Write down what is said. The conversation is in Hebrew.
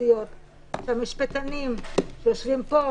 משפטיות והמשפטנים שיושבים כאן,